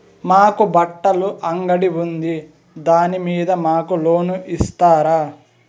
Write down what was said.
మాకు బట్టలు అంగడి ఉంది దాని మీద మాకు లోను ఇస్తారా